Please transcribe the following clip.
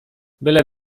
byle